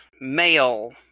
male